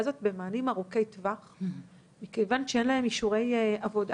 הזאת במענים ארוכי טווח מכיוון שאין להם אישורי עבודה